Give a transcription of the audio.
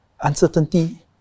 uncertainty